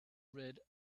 rid